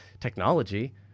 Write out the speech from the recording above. technology